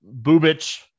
Bubich